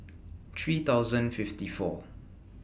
three thousand fifty four